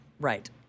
Right